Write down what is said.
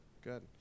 Good